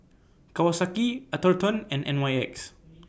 Kawasaki Atherton and N Y X